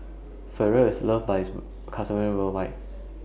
Futuro IS loved By its customers worldwide